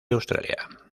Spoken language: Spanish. australia